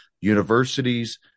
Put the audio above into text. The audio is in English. universities